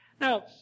Now